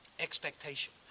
Expectation